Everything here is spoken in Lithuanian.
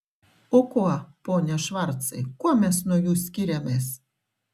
o kuo pone švarcai kuo mes nuo jų skiriamės